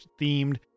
themed